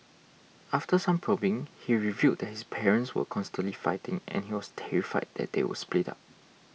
after some probing he revealed that his parents were constantly fighting and he was terrified that they would split up